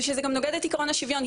ושזה גם נוגד את עקרון השוויון,